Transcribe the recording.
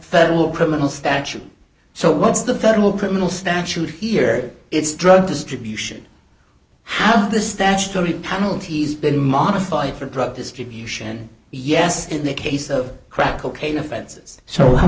federal criminal statutes so what's the federal criminal statute here it's drug distribution how the statutory penalties been modified for drug distribution yes in the case of crack cocaine offenses so how